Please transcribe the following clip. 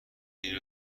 این